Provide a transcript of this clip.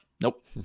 Nope